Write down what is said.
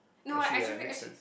actually yeah it makes sense